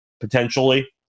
potentially